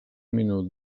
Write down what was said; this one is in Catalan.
minut